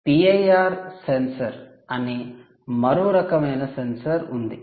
'PIR sensor ' అనే మరో రకమైన సెన్సార్ ఉంది